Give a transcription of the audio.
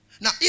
Now